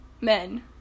men